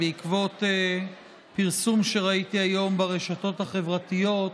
בעקבות פרסום שראיתי היום ברשתות החברתיות,